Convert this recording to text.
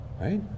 right